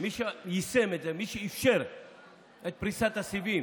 מי שיישם את זה, מי שאפשר את פריסת הסיבים